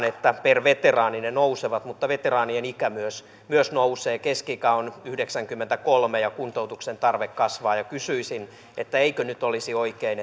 että per veteraani ne nousevat veteraanien ikä myös myös nousee keski ikä on yhdeksänkymmentäkolme ja kuntoutuksen tarve kasvaa kysyisin eikö nyt olisi oikein